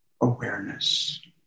awareness